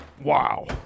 Wow